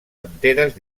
anteres